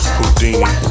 Houdini